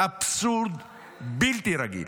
אבסורד בלתי רגיל.